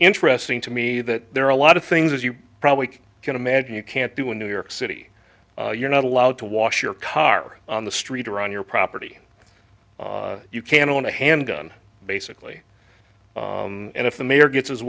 interesting to me that there are a lot of things you probably can imagine you can't do in new york city you're not allowed to wash your car on the street or on your property you can own a handgun basically and if the mayor gets his